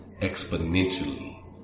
exponentially